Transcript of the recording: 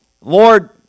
Lord